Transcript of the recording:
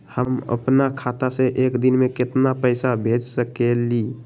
हम अपना खाता से एक दिन में केतना पैसा भेज सकेली?